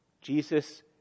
Jesus